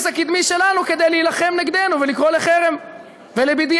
הקדמי שלנו כדי להילחם נגדנו ולקרוא לחרם ול-BDS.